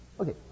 Okay